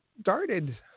Started